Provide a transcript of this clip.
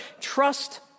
Trust